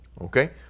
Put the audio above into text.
Okay